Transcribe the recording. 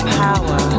power